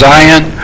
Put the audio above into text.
Zion